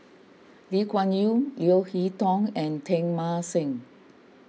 Lee Kuan Yew Leo Hee Tong and Teng Mah Seng